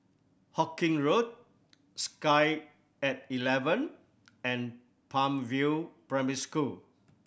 Hawkinge Road Sky At Eleven and Palm View Primary School